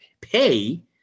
pay